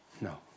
No